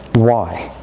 why?